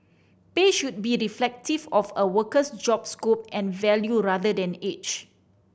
pay should be reflective of a worker's job scope and value rather than age